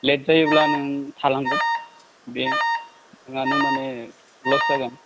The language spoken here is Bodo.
लेट जायोब्ला नों थालांगोन बे नोंहानो माने लस जागोन